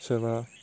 सोरबा